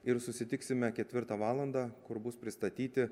ir susitiksime ketvirtą valandą kur bus pristatyti